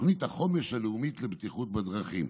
תוכנית החומש הלאומית לבטיחות בדרכים.